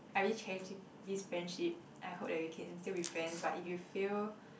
I really cherish this this friendship I hope that we can still be friends but if you fail